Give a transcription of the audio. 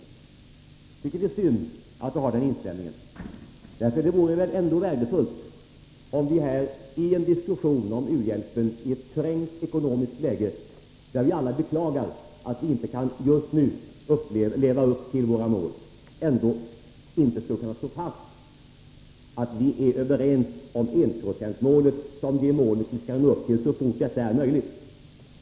Jag tycker det är synd att han har den inställningen. Det vore väl ändå värdefullt om vi här i en diskussion om u-hjälpen i ett trängt ekonomiskt läge, där vi alla beklagar att vi just nu inte kan leva upp till våra mål, skulle kunna slå fast att vi är överens om enprocentsmålet såsom det mål som vi skall nå upp till så fort det är möjligt.